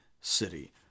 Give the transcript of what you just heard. city